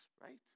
right